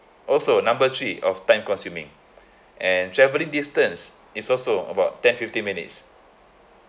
also number three of time consuming and travelling distance is also about ten fifteen minutes